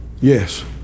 yes